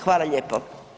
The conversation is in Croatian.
Hvala lijepo.